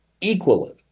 equally